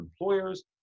employers